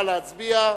נא להצביע.